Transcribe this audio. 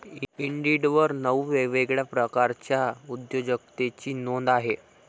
इंडिडवर नऊ वेगवेगळ्या प्रकारच्या उद्योजकतेची नोंद आहे